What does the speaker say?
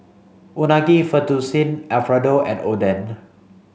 Unagi Fettuccine Alfredo and Oden